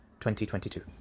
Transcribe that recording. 2022